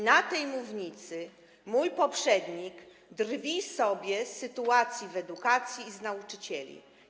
Na tej mównicy mój poprzednik drwił sobie z sytuacji w sferze edukacji i z nauczycieli.